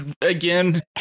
again